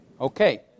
Okay